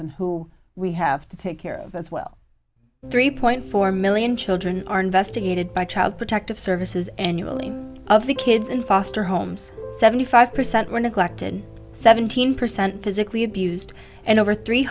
and who we have to take care of as well three point four million children are investigated by child protective services annually of the kids in foster homes seventy five percent were neglected seventeen percent physically abused and over three